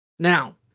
Now